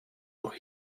noch